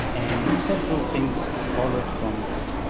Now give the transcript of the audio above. and several things followed from that.